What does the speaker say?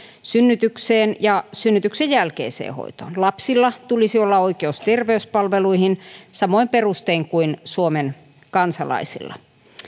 synnytykseen ja synnytyksen jälkeiseen hoitoon lapsilla tulisi olla oikeus terveyspalveluihin samoin perustein kuin suomen kansalaisilla